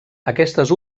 aquestes